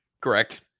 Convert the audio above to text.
Correct